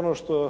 Ono što